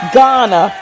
Ghana